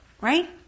Right